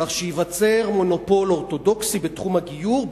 כך שייווצר מונופול אורתודוקסי בתחום הגיור,